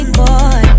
boy